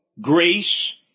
Grace